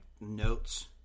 notes